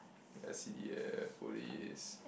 S_C_D_F police